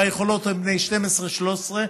ביכולות הם בני 12 13,